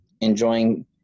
enjoying